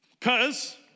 cause